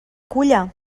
culla